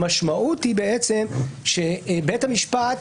המשמעות היא שבית המשפט,